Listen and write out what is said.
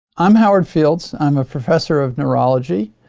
i'm howard fields, i'm a professor of neurology.